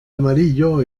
amarillo